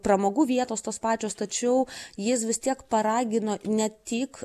pramogų vietos tos pačios tačiau jis vis tiek paragino ne tik